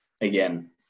again